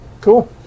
Cool